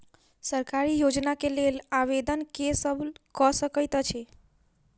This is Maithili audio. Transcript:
सरकारी योजना केँ लेल आवेदन केँ सब कऽ सकैत अछि?